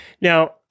Now